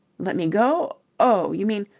let me go? oh, you mean.